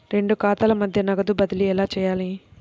రెండు ఖాతాల మధ్య నగదు బదిలీ ఎలా చేయాలి?